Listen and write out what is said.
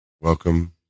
Welcome